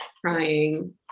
crying